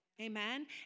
Amen